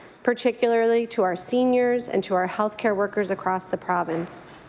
particularly to our seniors and to our health care workers across the province.